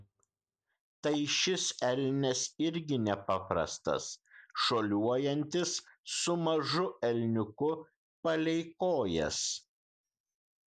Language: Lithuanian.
tai šis elnias irgi nepaprastas šuoliuojantis su mažu elniuku palei kojas